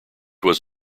was